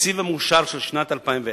בתקציב המאושר של שנת 2010,